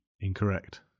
Incorrect